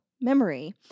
memory